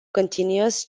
continuous